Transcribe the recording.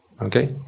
Okay